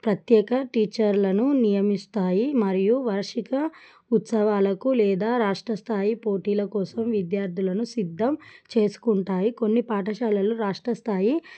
ప్రత్యేక టీచర్లను నియమిస్తాయి మరియు వార్షిక ఉత్సవాలకు లేదా రాష్ట్రస్థాయి పోటీల కోసం విద్యార్థులను సిద్ధం చేసుకుంటాయి కొన్ని పాఠశాలలు రాష్ట్రస్థాయి